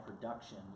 production